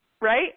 Right